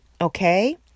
okay